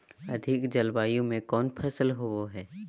अधिक जलवायु में कौन फसल होबो है?